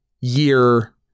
year